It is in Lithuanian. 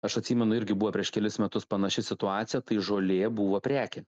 aš atsimenu irgi buvo prieš kelis metus panaši situacija tai žolė buvo prekė